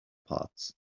parts